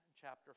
chapter